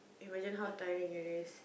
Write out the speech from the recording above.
imagine how tiring it is